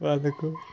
వాళ్ళకు